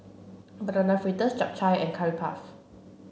banana fritters chap chai and curry puff